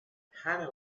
hanna